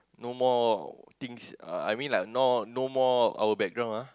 no more things uh I mean like now no more our background ah